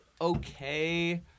okay